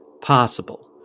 possible